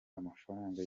amafaranga